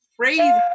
crazy